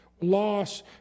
loss